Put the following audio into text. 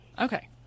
Okay